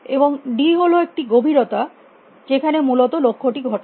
এবং d হল একটি গভীরতা যেখানে মূলত লক্ষ্যটি ঘটে